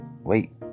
Wait